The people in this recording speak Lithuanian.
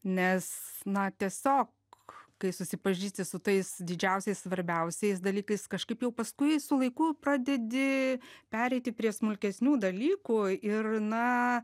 nes na tiesiog kai susipažįsti su tais didžiausiais svarbiausiais dalykais kažkaip jau paskui su laiku pradedi pereiti prie smulkesnių dalykų ir na